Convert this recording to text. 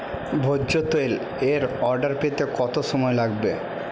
ভোজ্য তেল এর অর্ডার পেতে কত সময় লাগবে